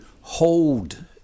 hold